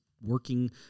working